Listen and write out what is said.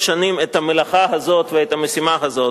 שנים את המלאכה הזאת ואת המשימה הזאת.